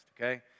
okay